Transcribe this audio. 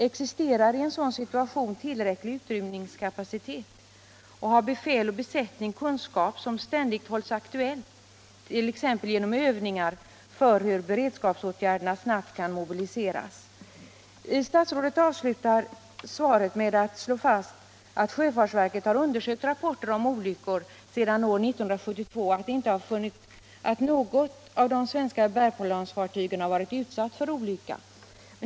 Existerar i en sådan situation tillräcklig utrymningskapacitet och har befäl och besättning kunskap som ständigt hålls aktuell, t.ex. genom övningar för hur beredskapsåtgärderna snabbt kan mobiliseras? Statsrådet avslutar svaret med att slå fast att sjöfartsverket har undersökt rapporter om olyckor sedan år 1972 och funnit, att inte något av de svenska bärplansfartygen varit utsatt för olycka.